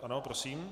Ano, prosím.